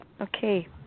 Okay